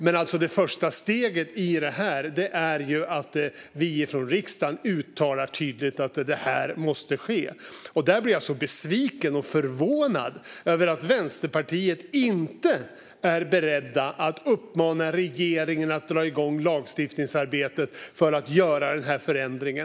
Men det första steget i detta är att vi från riksdagen uttalar tydligt att det här måste ske. Jag blir besviken och förvånad över att Vänsterpartiet inte är berett att uppmana regeringen att dra igång lagstiftningsarbetet för att göra denna förändring.